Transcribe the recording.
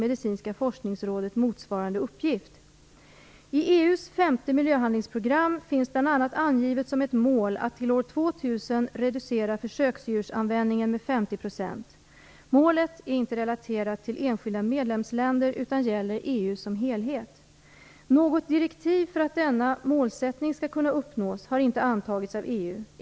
Medicinska forskningsrådet, motsvarande uppgift. I EU:s femte miljöhandlingsprogram finns bl.a. angivet som ett mål att till år 2000 reducera försöksdjursanvändningen med 50 %. Målet är inte relaterat till enskilda medlemsländer utan gäller EU som helhet. Något direktiv för att denna målsättning skall kunna uppnås har inte antagits av EU.